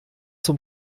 zum